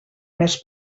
més